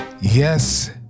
yes